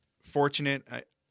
fortunate